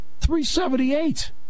378